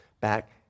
back